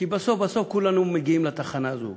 כי בסוף בסוף כולנו נגיע לתחנה הזאת.